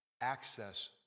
access